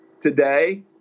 Today